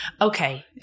Okay